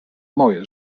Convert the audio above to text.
moje